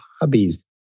hobbies